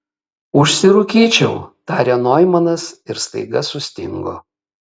užsirūkyčiau tarė noimanas ir staiga sustingo